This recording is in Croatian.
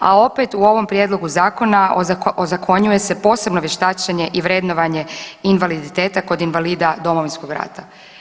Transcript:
A opet u ovom prijedlogu zakona ozakonjuje se posebno vještačenje i vrednovanje invaliditeta kod invalida Domovinskog rata.